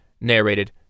narrated